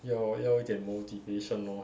要要一点 motivation lor